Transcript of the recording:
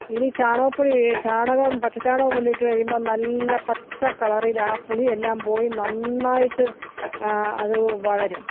ഇനി ചാണകപ്പൊടി ഈ ചാണകം പച്ചച്ചാണകം കൊണ്ടിട്ട് കഴിയുമ്പം നല്ല പച്ചക്കളറിൽ ആ പുളിയെല്ലാം പോയി നന്നായിട്ട് അത് വളരും